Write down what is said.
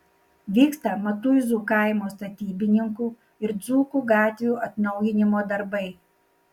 vyksta matuizų kaimo statybininkų ir dzūkų gatvių atnaujinimo darbai